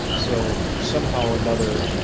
so somehow or another,